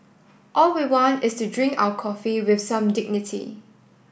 all we want is to drink our coffee with some dignity